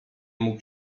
mógł